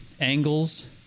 angles